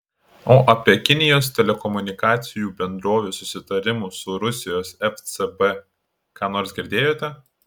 o apie kinijos telekomunikacijų bendrovių susitarimus su rusijos fsb ką nors girdėjote